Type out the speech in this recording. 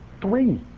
Three